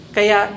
Kaya